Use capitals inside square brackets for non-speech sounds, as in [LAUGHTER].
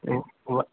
[UNINTELLIGIBLE]